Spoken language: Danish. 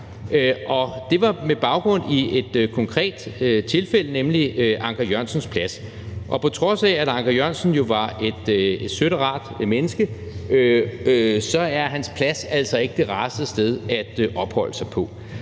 det var med baggrund i et konkret tilfælde, nemlig Anker Jørgensen Plads. Og på trods af at Anker Jørgensen jo var et sødt og rart menneske, er hans plads altså ikke det rareste sted at opholde sig.